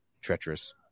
treacherous